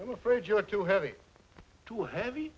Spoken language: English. i'm afraid you're too heavy too heavy